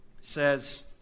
says